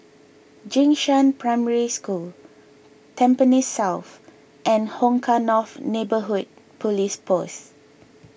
Jing Shan Primary School Tampines South and Hong Kah North Neighbourhood Police Post